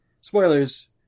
Spoilers